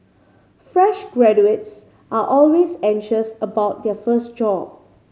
fresh graduates are always anxious about their first job